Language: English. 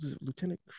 lieutenant